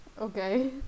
Okay